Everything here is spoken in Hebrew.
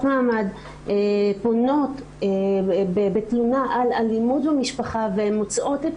מעמד פונות בתלונה על אלימות במשפחה והן מוצאות את